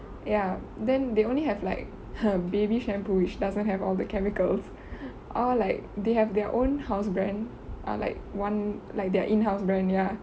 ya then they only have like baby shampoo which doesn't have all the chemicals or like they have their own housebrand ah like one like their in-house brand ya